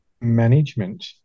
management